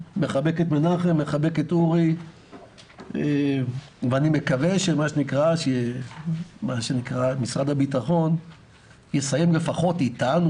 מחבק את מנחם ואורי ואני מקווה שמשרד הביטחון יסיים לפחות איתנו